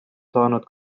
saanud